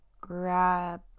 grab